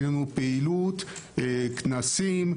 יש לנו פעילות, כנסים.